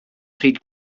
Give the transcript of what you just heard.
pryd